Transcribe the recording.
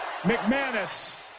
McManus